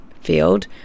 field